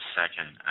second